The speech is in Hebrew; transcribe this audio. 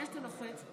השר ליצמן,